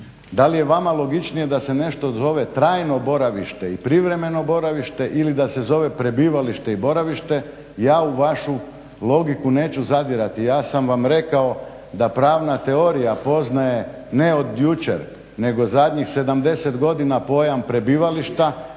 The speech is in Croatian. da li je vama logičnije da se nešto zove trajno boravište i privremeno boravište ili da se zove prebivalište i boravište ja u vašu logiku neću zadirati. Ja sam vam rekao da pravna teorija poznaje ne od jučer nego zadnjih 70 godina pojam prebivališta